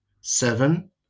Seven